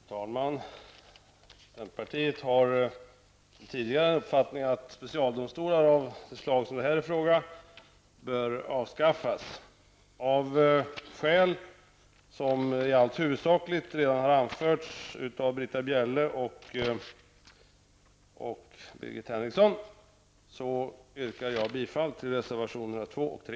Fru talman! Centerpartiet har sedan tidigare uppfattningen att specialdomstolar av det slag som det här är fråga om bör avskaffas. Av skäl som i allt väsentligt redan har anförts av Britta Bjelle och Birgit Henriksson yrkar jag bifall till reservationerna nr 2 och 3.